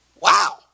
Wow